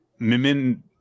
Mimin